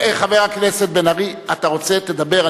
חבר הכנסת בן-ארי, אתה רוצה, תדבר.